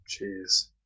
Jeez